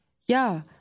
Ja